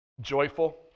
Joyful